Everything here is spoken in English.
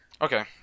Okay